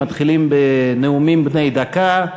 מתחילים בנאומים בני דקה.